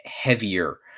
heavier